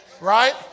right